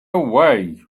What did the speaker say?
away